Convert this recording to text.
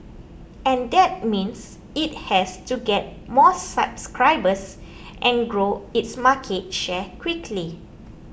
and that means it has to get more subscribers and grow its market share quickly